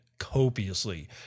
copiously